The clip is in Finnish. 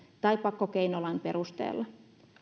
tai pakkokeinolain perusteella